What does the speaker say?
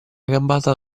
gambata